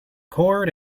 cord